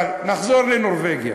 אבל נחזור לנורבגיה.